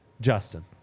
Justin